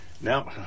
Now